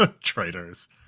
Traitors